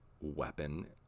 weapon